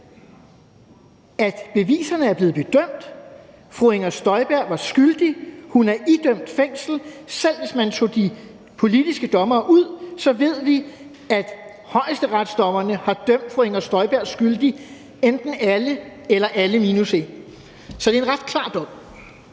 at beviserne er blevet bedømt: Fru Inger Støjberg var skyldig, og hun er idømt fængsel. Selv hvis man tog de politiske dommere ud, ved vi, at højesteretsdommerne har dømt fru Inger Støjberg skyldig, enten alle eller alle minus en, så det er en ret klar dom.